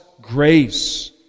grace